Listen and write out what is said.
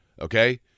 Okay